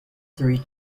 three